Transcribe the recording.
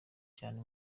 cyane